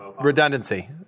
redundancy